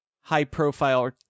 high-profile